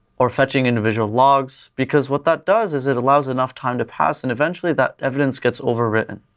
or fetching individual logs, because what that does is, it allows enough time to pass and eventually, that evidence gets overwritten.